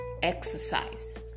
exercise